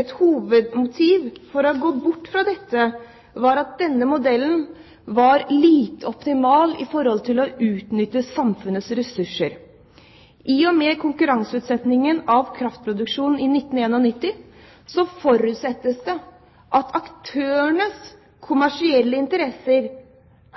Et hovedmotiv for å gå bort fra dette var at denne modellen var lite optimal når det gjaldt å utnytte samfunnets ressurser. Etter konkurranseutsetting av kraftproduksjonen i 1991 forutsettes det at aktørenes kommersielle interesser